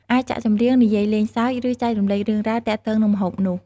អាចចាក់ចម្រៀង និយាយលេងសើច ឬចែករំលែករឿងរ៉ាវទាក់ទងនឹងម្ហូបនោះ។